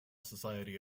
society